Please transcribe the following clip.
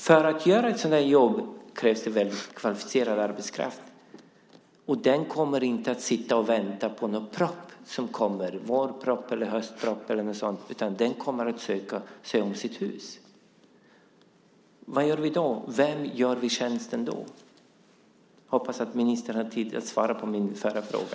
För att göra ett sådant jobb krävs väldigt kvalificerad arbetskraft. Den kommer inte att sitta och vänta på någon proposition som kommer, en vårproposition eller en höstproposition, utan den kommer att försöka se om sitt hus. Vem gör vi tjänsten då? Jag hoppas att ministern har tid att svara på min förra fråga.